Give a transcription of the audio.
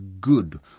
good